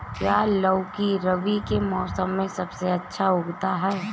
क्या लौकी रबी के मौसम में सबसे अच्छा उगता है?